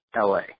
LA